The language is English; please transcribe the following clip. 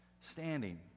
standing